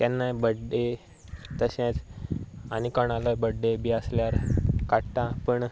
केन्नाय बड्डे तशेंच आनी कोणालोय बड्डे बी आसल्यार काडटा पूण